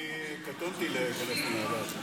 קטונתי מלהיכנס לנעליו.